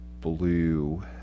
blue